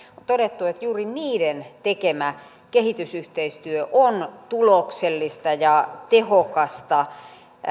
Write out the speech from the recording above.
on todettu että juuri niiden tekemä kehitysyhteistyö on tuloksellista ja tehokasta